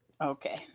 Okay